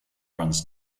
runs